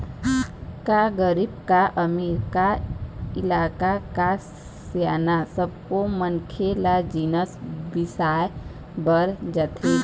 का गरीब का अमीर, का लइका का सियान सब्बो मनखे ल जिनिस बिसाए बर जाथे